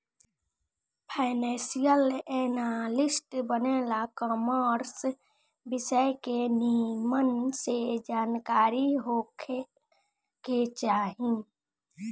financial analyst बने ला commerce विषय के निमन से जानकारी होखे के चाही